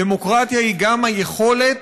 דמוקרטיה היא גם היכולת